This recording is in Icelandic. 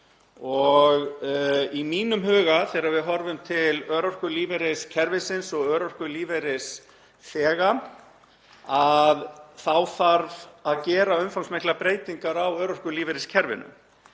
Í mínum huga þegar við horfum til örorkulífeyriskerfisins og örorkulífeyrisþega þá þarf að gera umfangsmiklar breytingar á örorkulífeyriskerfinu